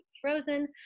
Frozen